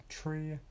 tree